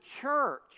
church